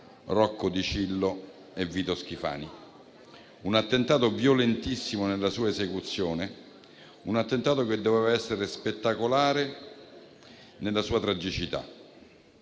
Rocco Dicillo e Vito Schifani. Un attentato violentissimo nella sua esecuzione, un attentato che doveva essere spettacolare nella sua tragicità.